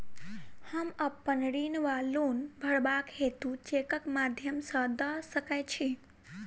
हम अप्पन ऋण वा लोन भरबाक हेतु चेकक माध्यम सँ दऽ सकै छी?